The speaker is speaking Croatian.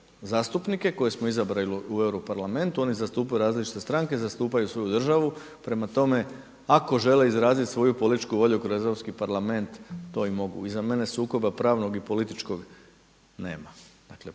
zastupnike koje smo izabrali u Europarlamentu. Oni zastupaju različite stranke, zastupaju svoju državu. Prema tome, ako žele izrazit svoju političku volju kroz Europski parlament to i mogu. Iza mene sukoba pravnog i političkog nema.